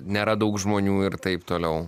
nėra daug žmonių ir taip toliau